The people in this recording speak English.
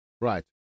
right